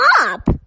up